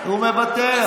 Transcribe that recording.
הוא מוותר.